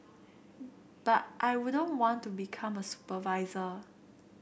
but I wouldn't want to become a supervisor